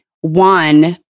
one